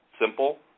simple